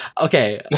Okay